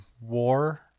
war